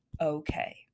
okay